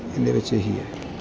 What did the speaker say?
ਇਹਦੇ ਵਿੱਚ ਇਹ ਹੀ ਹੈ